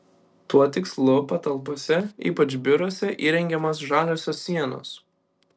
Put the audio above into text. tuo tikslu patalpose ypač biuruose įrengiamos žaliosios sienos